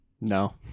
No